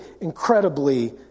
incredibly